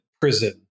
prison